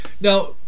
Now